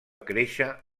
créixer